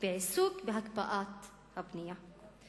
בעיסוק בהקפאת הבנייה.